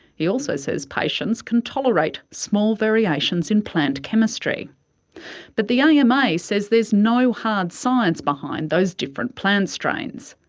he also says patients can tolerate small variations in plant chemistry but the yeah ama says there is no hard science behind those different plant strains,